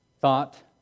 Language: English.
thought